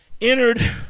entered